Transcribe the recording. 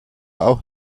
auch